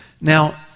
Now